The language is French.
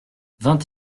vingt